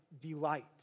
delight